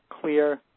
clear